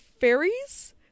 fairies